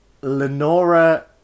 lenora